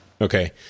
okay